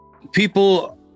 people